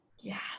Yes